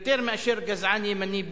יותר מאשר גזען ימני בוטה.